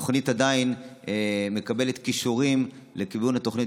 התוכנית עדיין מקבלת קישורים לכיוון התוכנית